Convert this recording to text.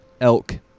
elk